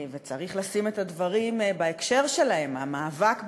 וצריך לשים את הדברים בהקשר שלהם: המאבק באלימות,